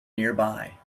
nearby